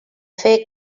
fer